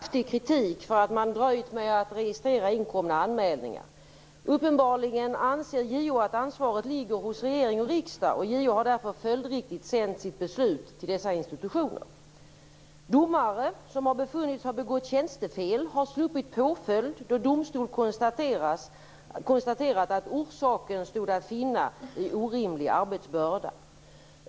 Fru talman! Polisen i Södertälje har fått kraftig kritik för att man dröjt med att registrera inkomna anmälningar. Uppenbarligen anser JO att ansvaret ligger hos regering och riksdag. JO har därför följdriktigt sänt sitt beslut till dessa institutioner. Domare som befunnits ha begått tjänstefel har sluppit påföljd då domstol konstaterat att orsaken stod att finna i orimlig arbetsbörda.